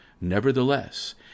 Nevertheless